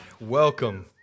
welcome